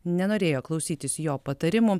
nenorėjo klausytis jo patarimų